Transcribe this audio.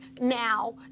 now